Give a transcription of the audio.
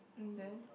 and then